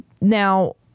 now